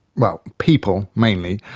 well, people mainly,